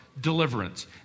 deliverance